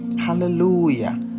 Hallelujah